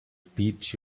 speech